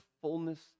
fullness